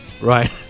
right